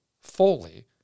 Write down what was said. fully